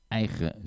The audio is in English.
eigen